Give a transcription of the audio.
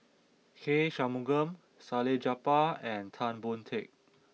K Shanmugam Salleh Japar and Tan Boon Teik